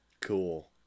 Cool